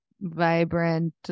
vibrant